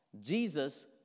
Jesus